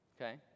Okay